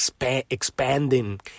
expanding